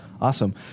Awesome